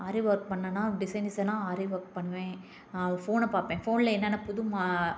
ஆரி work பண்ணிணனா design டிசைன்னா aari work பண்ணுவேன் ஃபோனை பார்ப்பேன் ஃபோனில் என்னென்ன புது மா